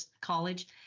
college